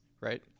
right